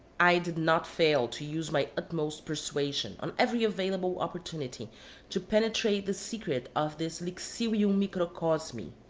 i did not fail to use my utmost persuasion on every available opportunity to penetrate the secret of this lixivium microcosmi.